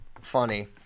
funny